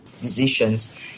Decisions